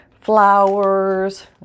Flowers